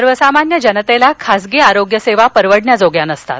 सर्वसामान्य जनतेला खासगी आरोग्यसेवा परवडण्याजोग्या नसतात